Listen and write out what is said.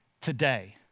today